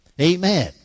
Amen